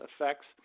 effects